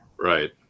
Right